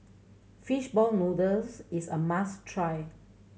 fish ball noodles is a must try